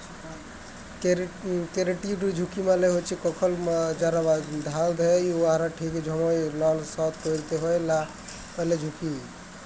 credit ঝুঁকি মালে হছে কখল যারা ধার লেয় উয়ারা ঠিক ছময় লল শধ ক্যইরতে লা পারার ঝুঁকি